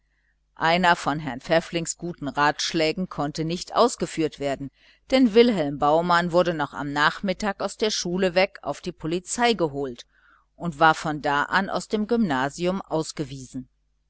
einer von herrn pfäfflings guten ratschlägen konnte nicht ausgeführt werden denn wilhelm baumann wurde noch an diesem nachmittag aus der schule weg und auf die polizei geholt und war von da an aus dem gymnasium ausgewiesen